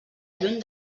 lluny